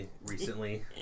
recently